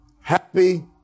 happy